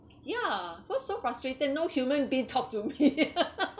ya what's so frustrated no human being talk to me